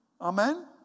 Amen